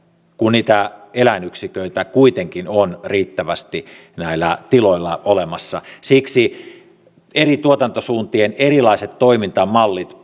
kun niitä eläinyksiköitä kuitenkin on riittävästi näillä tiloilla olemassa siksi eri tuotantosuuntien erilaiset toimintamallit